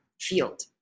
field